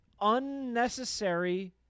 unnecessary